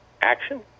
Action